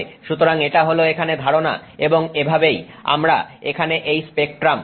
সুতরাং এটা হল এখানে ধারণা এবং এভাবেই আমরা এখানে এই স্পেক্ট্রাম ব্যবহার করব